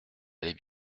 allait